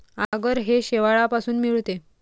आगर हे शेवाळापासून मिळते